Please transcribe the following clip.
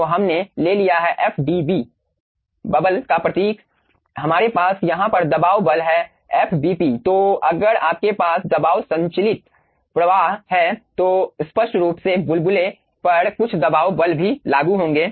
तो हमने ले लिया है FDb बबल का प्रतीक हमारे पास यहाँ पर दबाव बल है FbP तो अगर आपके पास दबाव संचालित प्रवाह हैं तो स्पष्ट रूप से बुलबुले पर कुछ दबाव बल भी लागू होंगे